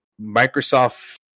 Microsoft